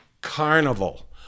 Carnival